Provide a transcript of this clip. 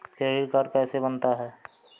Credit card कैसे बनता है?